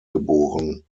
geboren